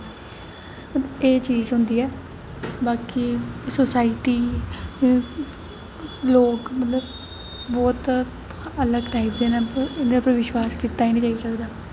एह् चीज होंदी ऐ बाकी सोसाईटी लोक मतलब बौह्त अलग टाईप दे न उं'दे पर विश्वास कीता गै निं जाई सकदा